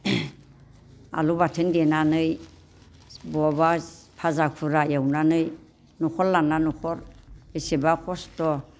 आलु बाथोन देनानै बहाबा भाजा पुरा एवनानै न'खर लाना न'खर बेसेबा खस्त'